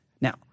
Now